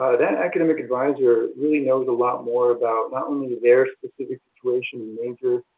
that academic advisor really knows a lot more about not only their specific situation and major,